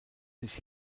sich